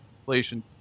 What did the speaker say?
inflation